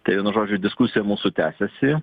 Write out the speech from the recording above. tai vienu žodžiu diskusija mūsų tęsiasi